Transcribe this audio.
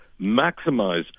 maximize